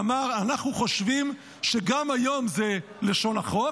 ואמר: אנחנו חושבים שגם היום זה לשון החוק,